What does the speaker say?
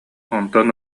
онтон